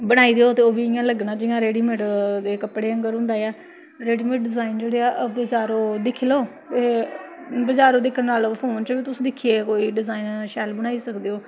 बनाई देओ ते ओह् बी इ'यां लग्गनां जियां रडीमेड दे कपड़े आंह्गर होंदा ऐ रडीमेड डिजाईन जेह्के ओह् बजारों दिक्खी लैओ बजारों दिक्खन नाल फोन च बी तुस दिक्खियै तुस डिजाईन शैल बनाई सकदे ओ